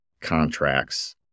contracts